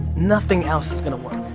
nothing else is gonna work.